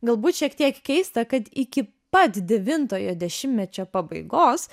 galbūt šiek tiek keista kad iki pat devintojo dešimtmečio pabaigos